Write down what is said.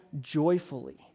joyfully